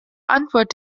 antwort